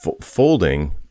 folding